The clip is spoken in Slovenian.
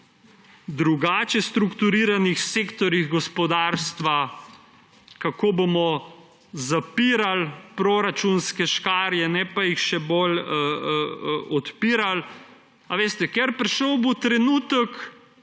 drugače strukturiranih sektorjih gospodarstva, kako bomo zapirali proračunske škarje, ne pa jih še bolj odpirali. Veste, ker prišel bo trenutek,